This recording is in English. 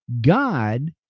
god